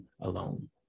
alone